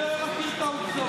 --- אתה לא מכיר את העובדות.